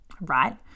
right